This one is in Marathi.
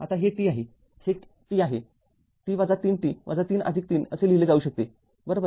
आता हे t आहे हे t हे t ३t ३३ असे लिहिले जाऊ शकते बरोबर